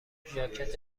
ژاکت